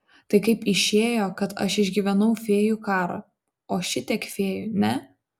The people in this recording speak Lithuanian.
tai kaip išėjo kad aš išgyvenau fėjų karą o šitiek fėjų ne